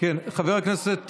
חבר הכנסת